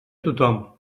tothom